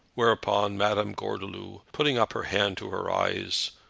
whereupon madame gordeloup, putting up her hand to her eyes,